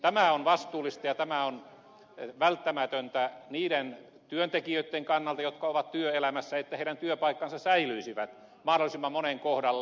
tämä on vastuullista ja tämä on välttämätöntä niiden työntekijöitten kannalta jotka ovat työelämässä että heidän työpaikkansa säilyisivät mahdollisimman monen kohdalla